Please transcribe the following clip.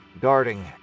darting